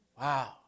Wow